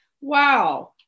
wow